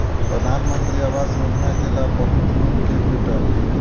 प्रधानमंत्री आवास योजना के लाभ बहुत लोक के भेटल